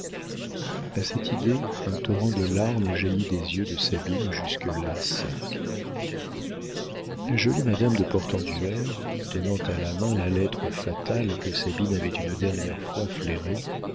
a cette idée un torrent de larmes jaillit des yeux de sabine jusque-là secs la jolie madame de portenduère tenant à la main la lettre fatale que sabine avait une dernière fois flairée